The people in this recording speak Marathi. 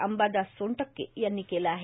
अंबादास सोनटक्के यांनी केलं आहे